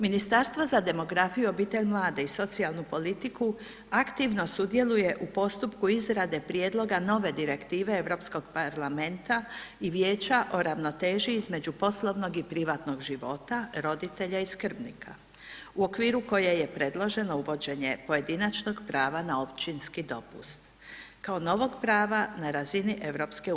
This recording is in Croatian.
Ministarstvo za demografiju, obitelj, mlade i socijalnu politiku aktivno sudjeluje u postupku izrade prijedloga nove Direktive Europskog parlamenta i Vijeća o ravnoteži između poslovnog i privatnog života roditelja i skrbnika u okviru koje je predloženo uvođenje pojedinačnog prava na općinski dopust kao novog prava na razini EU.